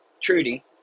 Trudy